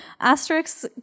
Asterix